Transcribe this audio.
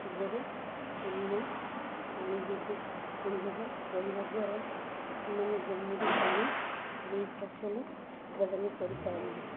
ସୁଧରେ ଋଣ ଆଣି ବିଦ୍ୟୁତ ସଂଯୋଗ କରିବା ଦ୍ୱାରା ସେମାନେ ଜମିରେ ପାଣି ଦେଇ ଫସଲ ଉତ୍ପାଦନ କରିପାରିବେ